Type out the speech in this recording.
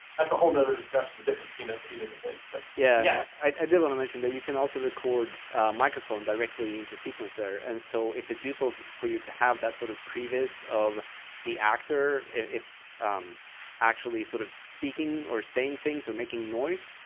that's a whole and other discussion, the difference between those two different things. victor but yeah yeah, i did want to mention that you can also record a microphone directly into sequencer. and so if it's useful for you to have that sort of previz of the actor actually sort of speaking, or saying things, or making noise,